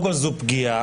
קודם כל, זאת פגיעה.